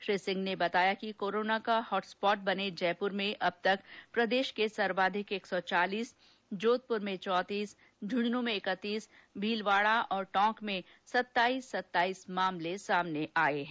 उन्होंने बताया कि कोरोना का हॉटस्पॉट बने जयपुर में अब तक प्रदेश के सर्वाधिक एक सौ चालीस जोधपुर में चौतीस झुंझुनू में इकतीस भीलवाड़ा और टोंके में सताइस सताइस मामले सामने आए हैं